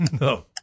No